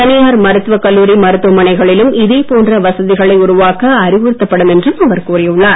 தனியார் மருத்துவக் கல்லூரி மருத்துவமனைகளிலும் இதேபோன்ற வசதிகளை உருவாக்க அறிவுறுத்தப்படும் என்றும் அவர் கூறியுள்ளார்